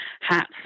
hats